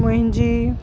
मुंहिंजी